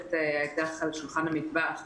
קואליציית האקדח על שולחן המטבח.